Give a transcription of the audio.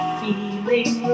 feeling